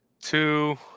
two